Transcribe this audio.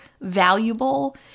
valuable